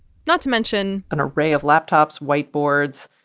not to mention. an array of laptops, whiteboards,